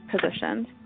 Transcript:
positions